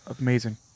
amazing